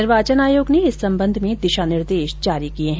निर्वाचन आयोग ने इस संबंध में दिशा निर्देश जारी किये है